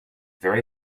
very